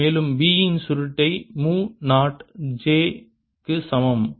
மேலும் B இன் சுருட்டை மு நாட் j க்கு சமம்